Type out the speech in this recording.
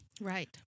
Right